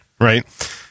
right